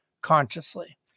consciously